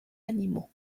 animaux